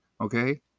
Okay